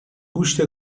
گوشت